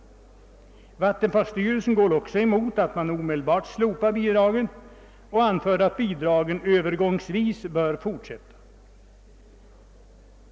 Vattenfallsstyrelsen går också emot att man omedelbart slopar bidragen och anför att dessa övergångsvis bör fortsätta.